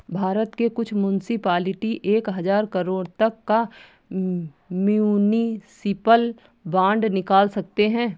भारत के कुछ मुन्सिपलिटी एक हज़ार करोड़ तक का म्युनिसिपल बांड निकाल सकते हैं